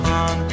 on